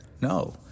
No